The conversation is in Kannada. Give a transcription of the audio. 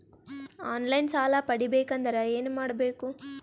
ಆನ್ ಲೈನ್ ಸಾಲ ಪಡಿಬೇಕಂದರ ಏನಮಾಡಬೇಕು?